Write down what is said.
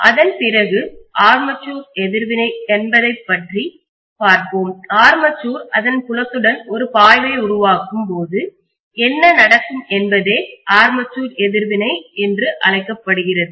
அதன் பிறகு ஆர்மேச்சர் எதிர்வினை என்பதை பற்றி பார்ப்போம் ஆர்மேச்சர் அதன் புலத்துடன் ஒரு பாய்வை உருவாக்கும் போது என்ன நடக்கும் என்பதே ஆர்மேச்சர் எதிர்வினை என்று அழைக்கப்படுகிறது